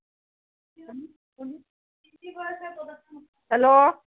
hello